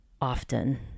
often